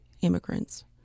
immigrants